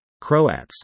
Croats